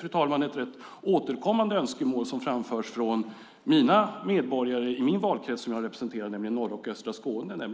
Behovet och önskemålet om fler poliser är ett rätt återkommande önskemål som framförs från medborgarna i den valkrets som jag representerar, nämligen norra och östra Skåne.